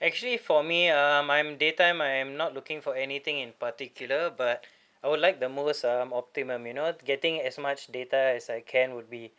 actually for me um I'm daytime my I'm not looking for anything in particular but I would like the most um optimum you know getting as much data as I can would be